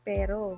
Pero